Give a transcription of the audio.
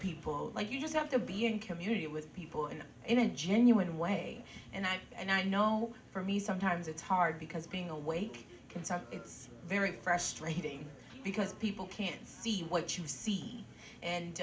people like you just have to be in community with people in a in a genuine way and i think and i know for me sometimes it's hard because being awake can suck it's very frustrating because people can see what you see and